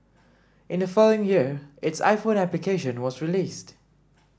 in the following year its iPhone application was released